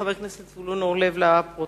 113, של חבר הכנסת זבולון אורלב, לפרוטוקול.